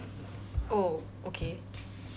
oh okay